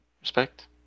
respect